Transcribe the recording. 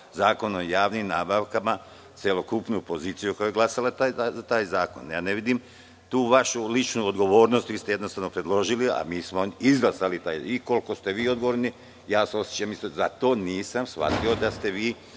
Zakon o javnim nabavkama celokupnu poziciju koja je glasala za taj zakon. Ja ne vidim tu vašu ličnu odgovornost, vi ste jednostavno izglasali, i koliko ste vi odgovorni, ja se isto osećam, nisam to shvatio da ste vi